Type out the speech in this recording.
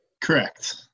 correct